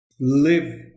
live